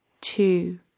Two